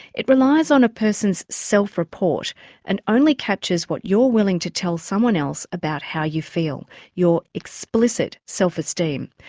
it relies on a person's self-report and only captures what you're willing to tell someone else about how you feel, your explicit self-esteem.